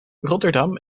rotterdam